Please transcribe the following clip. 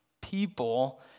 people